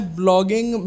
blogging